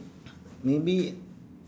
maybe